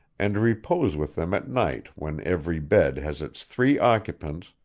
and repose with them at night when every bed has its three occupants,